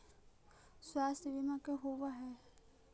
स्वास्थ्य बीमा का होव हइ?